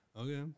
Okay